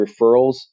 referrals